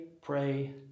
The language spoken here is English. pray